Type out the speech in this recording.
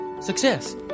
success